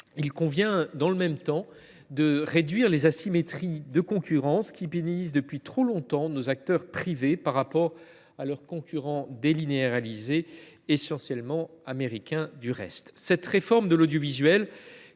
il conviendra de réduire les asymétries de concurrence qui pénalisent depuis trop longtemps nos acteurs privés par rapport à leurs concurrents délinéarisés, essentiellement américains. Cette